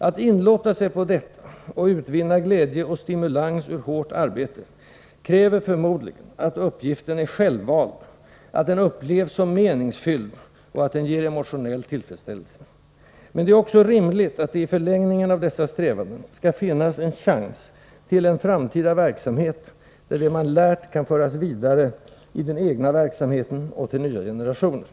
Att inlåta sig på detta och utvinna glädje och stimulans ur hårt arbete kräver förmodligen att uppgiften är självvald, att den upplevs som meningsfylld och att den ger emotionell tillfredsställelse. Men det är också rimligt att det i förlängningen av dessa strävanden skall finnas en chans till en framtida verksamhet där det man lärt kan föras vidare i den egna verksamheten och till Nr 166 nya generationer.